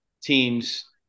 Teams